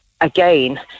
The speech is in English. again